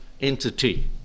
entity